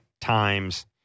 times